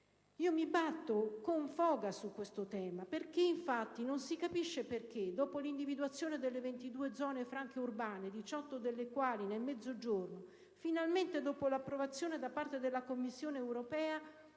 Io mi batto con foga su questo tema. Infatti, non si capisce perché dopo l'individuazione delle 22 zone franche urbane, 18 delle quali nel Mezzogiorno, e finalmente dopo l'approvazione della Commissione europea,